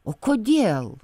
o kodėl